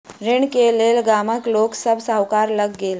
ऋण के लेल गामक लोक सभ साहूकार लग गेल